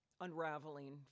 unraveling